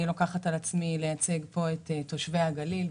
אני לוקחת על עצמי לייצג פה את תושבי הגליל,